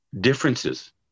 differences